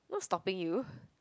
not stopping you